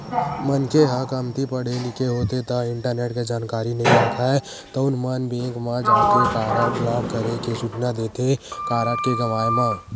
मनखे ह कमती पड़हे लिखे होथे ता इंटरनेट के जानकारी नइ राखय तउन मन बेंक म जाके कारड ब्लॉक करे के सूचना देथे कारड के गवाय म